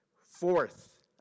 Fourth